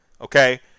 Okay